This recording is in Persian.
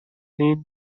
این